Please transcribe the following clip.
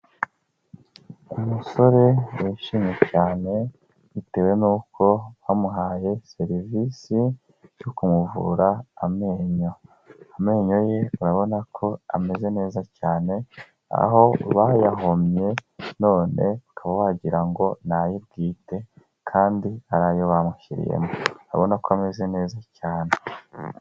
Umusore wishimye cyane bitewe n'uko bamuhaye serivisi yo kumuvura amenyo, amenyo ye urabona ko ameze neza cyane, aho bayahomye none ukaba wagirango ngo ni aye bwite kandi arayo bamushyiriyemo, urabona ko ameze neza cyane.